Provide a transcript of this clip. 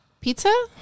pizza